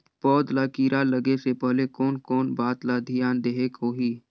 पौध ला कीरा लगे से पहले कोन कोन बात ला धियान देहेक होही?